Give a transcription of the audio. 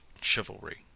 Chivalry